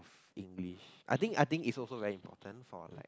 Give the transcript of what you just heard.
English I think I think is also very important for like